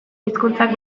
hizkuntzak